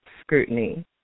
scrutiny